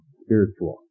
spiritual